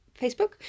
Facebook